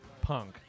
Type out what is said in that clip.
punk